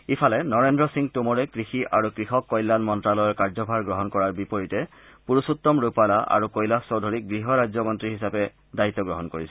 ইফালে নৰেন্দ্ৰ সিং টোমৰে কৃষি আৰু কৃষক কল্যাণ মন্ত্যালয়ৰ কাৰ্যভাৰ গ্ৰহণ কৰাৰ বিপৰীতে পুৰুষোত্তম ৰূপালা আৰু কৈলাশ চৌধুৰী গৃহ ৰাজ্যমন্ত্ৰী হিচাপে দায়িত্ব গ্ৰহণ কৰিছে